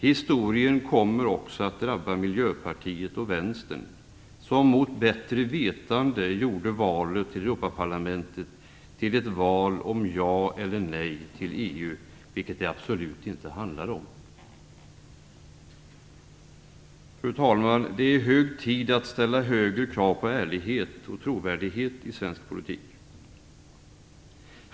Historien kommer också att drabba Miljöpartiet och Vänsterpartiet, som mot bättre vetande gjorde valet till Europaparlamentet till ett val om ja eller nej till EU, vilket det absolut inte handlade om. Fru talman! Det är hög tid att ställa högre krav på ärlighet och trovärdighet i svensk politik!